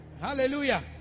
Hallelujah